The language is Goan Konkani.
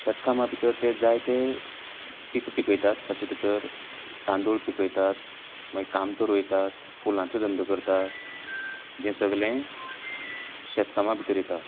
शेत कामां भितर जाय ते पीक पिकयता तातूंत भितर तांदूळ पिकयतात मागीर कामता रोयतात फुलांचो धंदो करतात जे सगळें शेतकामां भितर येता